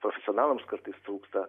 profesionalams kartais trūksta